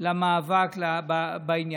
למאבק בעניין.